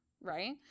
right